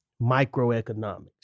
microeconomics